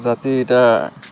ରାତି ଇଟା